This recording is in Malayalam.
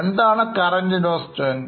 എന്താണ് കറൻറ് investments